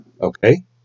Okay